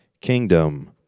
kingdom